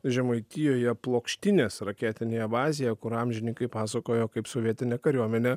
žemaitijoje plokštinės raketinėje bazėje kur amžininkai pasakojo kaip sovietinė kariuomenė